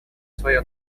свое